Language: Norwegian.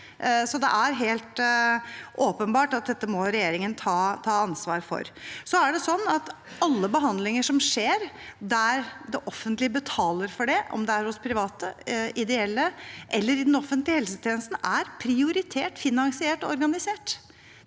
Så det er helt åpenbart at dette må regjeringen ta ansvar for. Alle behandlinger som det offentlige betaler for, om det er hos private, ideelle eller i den offentlige helsetjenesten, er prioritert, finansiert og organisert.